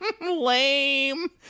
Lame